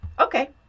okay